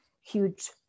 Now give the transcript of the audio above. huge